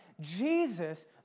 Jesus